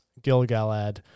Gilgalad